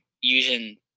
using –